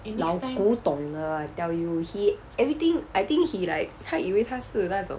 老古董的 I tell you he everything I think he like 他以为他是那种